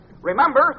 Remember